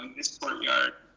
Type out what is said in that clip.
this courtyard,